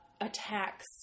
attacks